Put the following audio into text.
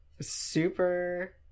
Super